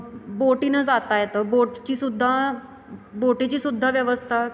बोटीनं जाता येतं बोटचीसुद्धा बोटीचीसुद्धा व्यवस्था